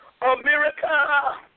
America